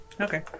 Okay